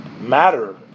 matter